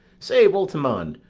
say, voltimand,